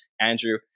andrew